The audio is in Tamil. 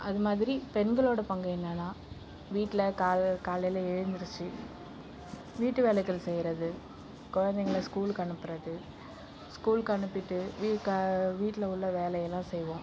அது மாதிரி பெண்களோட பங்கு என்னான்னா வீட்டில கால காலையில் எழுந்திரிச்சு வீட்டு வேலைகள் செய்யறது குழந்தைங்கள ஸ்கூலுக்கு அனுப்புறது ஸ்கூலுக்கு அனுப்பிவிட்டு வீட்டில உள்ள வேலையெல்லாம் செய்வோம்